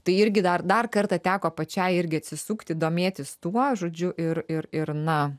tai irgi dar dar kartą teko pačiai irgi atsisukti domėtis tuo žodžiu ir ir ir na